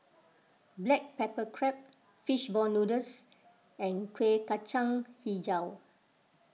Black Pepper Crab Fish Ball Noodles and Kuih Kacang HiJau